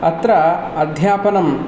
अत्र अध्यापनं